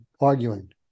arguing